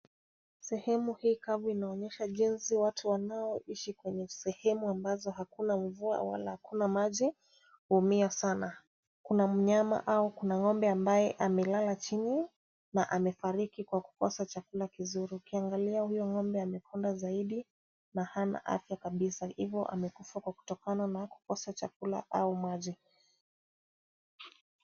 Sehemu hii kavu inaonyesha jinsi watu wanaoishi kwenye sehemu ambazo hakuna mvua wala hakuna maji huumia sana. Kuna mnyama au kuna ngombe ambaye amelala chini na amefariki kwa kukosa chakula kizuri. Ukiangalia huyo ngombe amekonda zaidi na hana afya kabisa. Hivyo amekufa kutokana na kukosa chakula au maji.